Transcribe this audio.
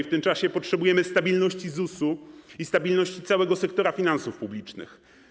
W tym czasie potrzebujemy stabilności ZUS-u i stabilności całego sektora finansów publicznych.